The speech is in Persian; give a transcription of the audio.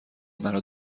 مرا